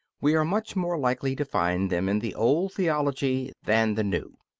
we are much more likely to find them in the old theology than the new.